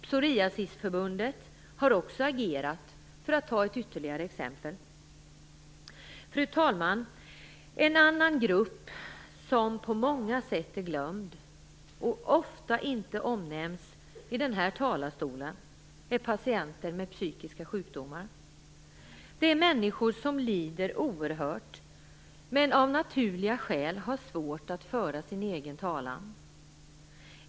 Psoriasisförbundet har också agerat, för att ta ytterligare ett exempel. Fru talman! En annan grupp som på många sätt är glömd och som ofta inte omnämns i den här talarstolen är patienter med psykiska sjukdomar. Det är människor som lider oerhört men som av naturliga skäl har svårt att föra sin egen talan.